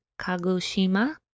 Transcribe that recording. Kagoshima